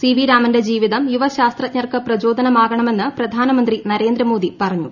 C V രാമന്റെ ജീവിതം യുവശാസ്ത്രജ്ഞർക്ക് പ്രചോദനമാകണമെന്ന് പ്രധാനമന്ത്രി നരേന്ദ്രമോദി പറഞ്ഞു